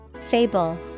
Fable